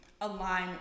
align